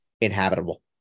inhabitable